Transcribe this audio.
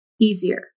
easier